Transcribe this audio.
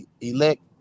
elect